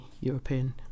European